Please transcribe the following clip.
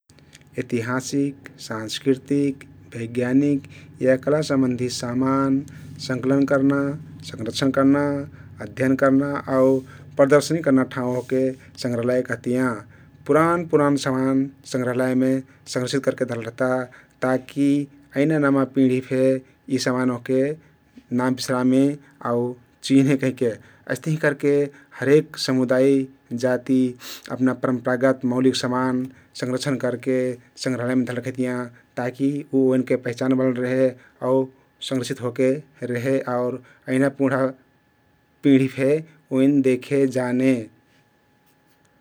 एतिहाँसिक, सांस्कृतिक, बैज्ञानिक या कला सम्बन्धी सामान संकलन कर्ना, संरक्षन कर्ना, अध्यन कर्ना आउ प्रदर्शनी कर्ना ठाउँ ओहके संग्राहलय कहतियाँ । पुरान पुरान समान संग्राहलयमे संरक्षित करके धरल रहता ता कि अइना नमा पिँढी फे यी समान ओहके नाबिसरामे आउ चिन्हें कहिके । अइस्तहिं करके हरेक समुदाय, जाती अपना परम्परागत मौलिक सामान संरक्षित करके संग्राहलयमे धरले रखैतियाँ ता कि यी उ ओपनके पहिचानबनल रहे आउ संरक्षित होके रेहे आउ अइना पिँढी फे ओइन देखे जाने ।